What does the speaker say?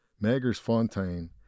Magersfontein